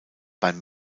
beim